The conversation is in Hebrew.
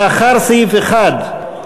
לאחר סעיף 1,